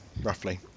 roughly